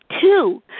two